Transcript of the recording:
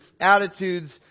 attitudes